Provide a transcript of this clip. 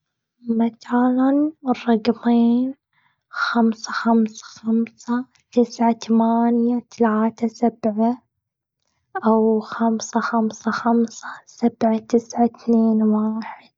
خمسة، خمسة، خمسة، تسعة، تمانية، تلاتة، سبعة، أو خمسة، خمسة، خمسة، سبعة، تسعة، اتنين، واحد.